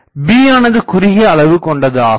b யானது குறுகிய அளவு கொண்டது ஆகும்